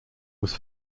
was